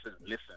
listen